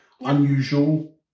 unusual